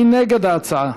מי נגד ההצעה?